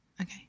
Okay